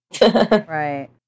Right